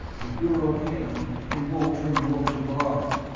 if you're okay, they won't turn you over to the lhari.